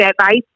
advice